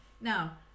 now